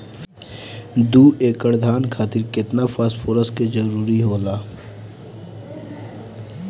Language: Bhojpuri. दु एकड़ धान खातिर केतना फास्फोरस के जरूरी होला?